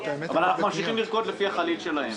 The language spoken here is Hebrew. רבות אני מזדהה עם כל מילה שנאמרה פה,